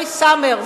לארי סאמרס,